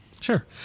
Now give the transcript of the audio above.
Sure